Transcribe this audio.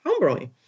homebrewing